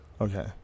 Okay